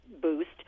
boost